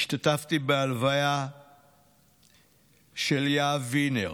השתתפתי בהלוויה של יהב וינר,